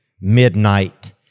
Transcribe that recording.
midnight